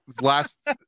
last